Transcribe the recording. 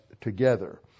together